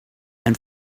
and